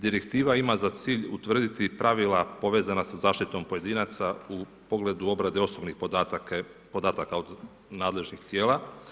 Direktiva ima za cilj utvrditi pravila povezana sa zaštitom pojedinaca u pogledu obrade osobnih podataka od nadležnih tijela.